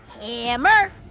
Hammer